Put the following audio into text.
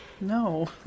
no